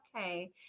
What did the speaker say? okay